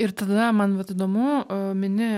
ir tada man vat įdomu mini